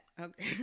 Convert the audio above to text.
okay